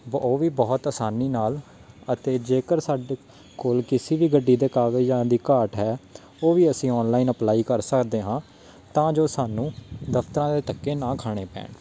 ਉਹ ਵੀ ਬਹੁਤ ਆਸਾਨੀ ਨਾਲ਼ ਅਤੇ ਜੇਕਰ ਸਾਡੇ ਕੋਲ ਕਿਸੇ ਵੀ ਗੱਡੀ ਦੇ ਕਾਗਜ਼ਾਂ ਦੀ ਘਾਟ ਹੈ ਉਹ ਵੀ ਅਸੀਂ ਔਨਲਾਈਨ ਅਪਲਾਈ ਕਰ ਸਕਦੇ ਹਾਂ ਤਾਂ ਜੋ ਸਾਨੂੰ ਦਫ਼ਤਰਾਂ ਦੇ ਧੱਕੇ ਨਾ ਖਾਣੇ ਪੈਣ